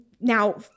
now